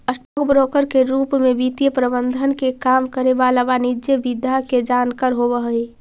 stock broker के रूप में वित्तीय प्रबंधन के काम करे वाला वाणिज्यिक विधा के जानकार होवऽ हइ